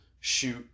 shoot